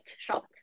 shock